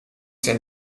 ten